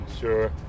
Sure